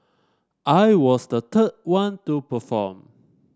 I was the third one to perform